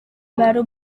baru